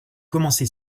commencé